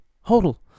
hold